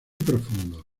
profundos